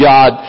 God